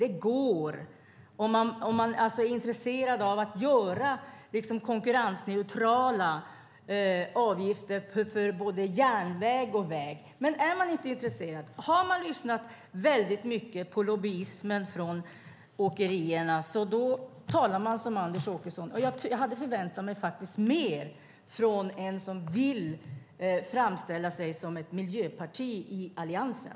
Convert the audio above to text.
Det går om man är intresserad av att göra konkurrensneutrala avgifter för både järnväg och väg. Men är man inte intresserad, har man lyssnat väldigt mycket på lobbyisterna från åkerierna, talar man som Anders Åkesson. Jag hade faktiskt förväntat mig mer från ett parti som vill framställa sig som ett miljöparti i Alliansen.